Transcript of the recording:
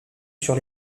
sur